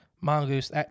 mongoose